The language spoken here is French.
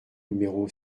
numéro